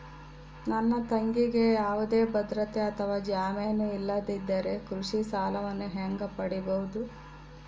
ನನ್ನ ತಂಗಿಗೆ ಯಾವುದೇ ಭದ್ರತೆ ಅಥವಾ ಜಾಮೇನು ಇಲ್ಲದಿದ್ದರೆ ಕೃಷಿ ಸಾಲವನ್ನು ಹೆಂಗ ಪಡಿಬಹುದು?